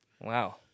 Wow